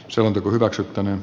lakiehdotus hylätään